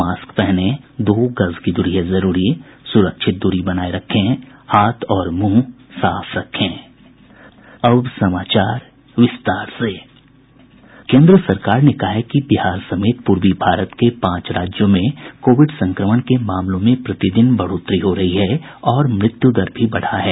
mask पहनें दो गज दूरी है जरूरी सुरक्षित दूरी बनाये रखें हाथ और मुंह साफ रखें केंद्र सरकार ने कहा है कि बिहार समेत पूर्वी भारत के पांच राज्यों में कोविड संक्रमण के मामलों में प्रतिदिन बढ़ोतरी हो रही है और मृत्यु दर भी बढ़ा है